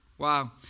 Wow